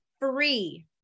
free